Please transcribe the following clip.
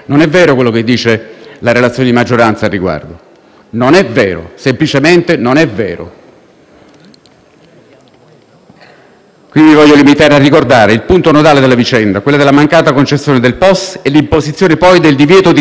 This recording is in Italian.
Qui mi voglio limitare a ricordare il punto nodale della vicenda, ossia la mancata concessione del POS e la successiva imposizione del divieto di sbarco. Inizialmente il POS doveva, a ragione, essere individuato da Malta nel proprio territorio,